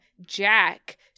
Jack